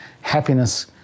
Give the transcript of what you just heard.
happiness